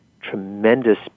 tremendous